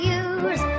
use